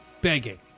begging